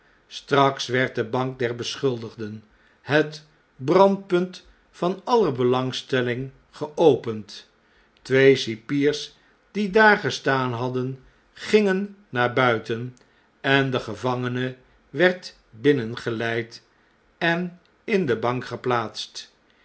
straks werd de bank der beschuldigden het brandpunt van aller belangstelling geopend twee cipiers die daar gestaan hadden gingen naar buiten en de gevangene werd binnengeleid en in de bank geplaatst